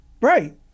Right